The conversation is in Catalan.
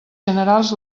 generals